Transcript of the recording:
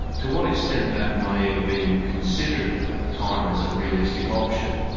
to what extent that may have been considered at the time as a realistic option,